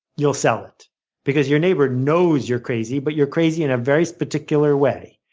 you'll sell it because your neighbor knows you're crazy but you're crazy in a very particular way,